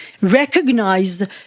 recognize